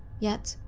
yet,